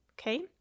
okay